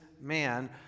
man